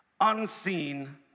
Unseen